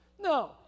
No